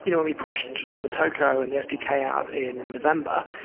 you know and we pushed motoko and the sdk out in november.